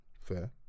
fair